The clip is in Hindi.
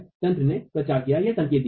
तंत्र ने प्रचार किया है या संकेत दिया है